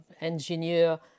engineer